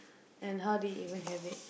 and how did you even have it